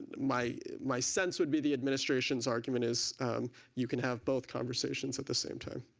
my my sense would be the administration's argument is you can have both conversations at the same time.